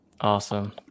Awesome